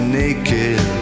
naked